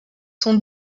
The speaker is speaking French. sont